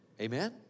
Amen